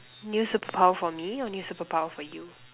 new superpower for me or new superpower for you